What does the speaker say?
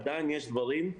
עדיין יש דברים,